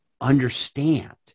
understand